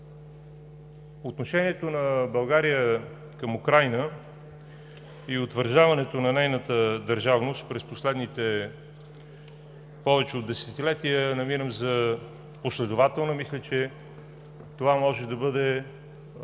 Отношението на България към Украйна и утвърждаването на нейната държавност през последните повече от десетилетия намирам за последователно. Мисля, че това може да бъде